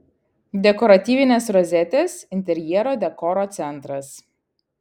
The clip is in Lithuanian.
dekoratyvinės rozetės interjero dekoro centras